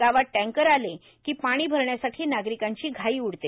गावात टँकर आले कोंपाणी भरण्यासाठी नार्गारकांची घाई उडते